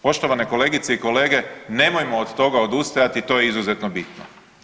Poštovane kolegice i kolege nemojmo od toga odustajati to je izuzetno bitno.